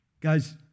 Guys